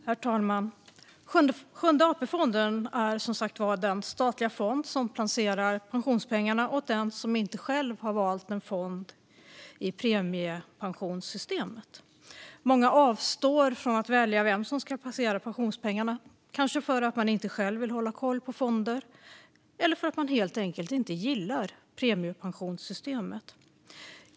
Herr talman! Sjunde AP-fonden är som sagt den statliga fond som placerar pensionspengarna åt den som inte själv har valt en fond i premiepensionssystemet. Många avstår från att välja vem som ska placera pensionspengarna, kanske för att man inte själv vill hålla koll på fonder eller för att man helt enkelt inte gillar premiepensionssystemet.